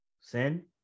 sin